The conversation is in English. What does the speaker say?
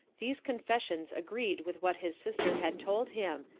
these confessions agreed with what his sister had told him,